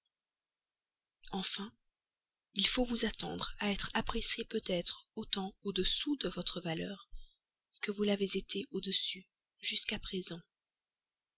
enfin il faut vous attendre à être apprécié peut-être autant au-dessous de votre valeur que vous l'avez été au-dessus jusqu'à présent